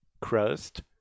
crust